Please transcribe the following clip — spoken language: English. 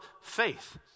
faith